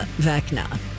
Vecna